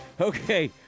Okay